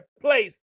place